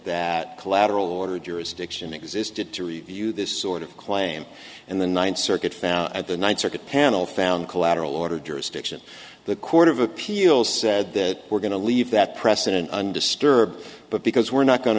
that collateral order jurisdiction existed to review this sort of claim in the ninth circuit found at the ninth circuit panel found collateral order jurisdiction the court of appeals said that we're going to leave that precedent undisturbed but because we're not going